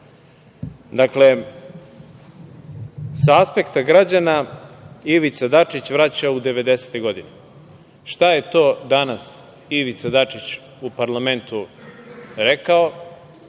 sa aspekta građana Ivica Dačić vraća u devedesete godine. Šta je to danas Ivica Dačić u parlamentu rekao